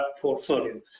portfolio